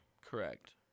Correct